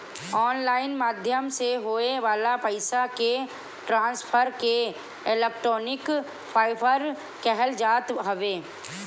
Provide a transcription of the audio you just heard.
online माध्यम से होए वाला पईसा के ट्रांसफर के इलेक्ट्रोनिक ट्रांसफ़र कहल जात हवे